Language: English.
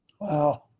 Wow